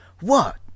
What